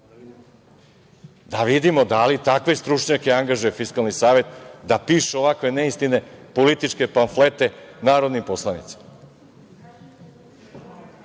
da vidimo da li takve stručnjake angažuje Fiskalni savet, da pišu ovakve neistine, političke pamflete narodnim poslanicima. Zbog